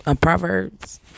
Proverbs